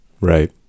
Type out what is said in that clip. right